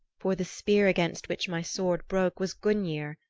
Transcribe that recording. for the spear against which my sword broke was gungnir,